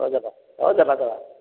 ହଁ ଦେବା ହଁ ଦେବା ଦେବା